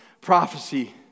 prophecy